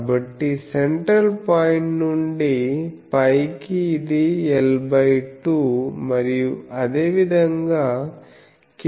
కాబట్టిసెంట్రల్ point నుండి పైకి ఇది L 2 మరియు అదేవిధంగా కిందికి L2